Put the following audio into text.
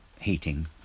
heating